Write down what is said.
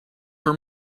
for